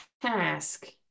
task